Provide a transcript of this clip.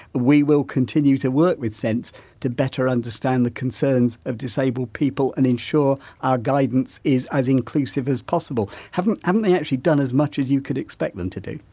we will continue to work with sense to better understand the concerns of disabled people and ensure our guidance is as inclusive as possible. haven't haven't they actually done as much as you could expect them to do?